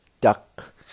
duck